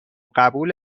قبول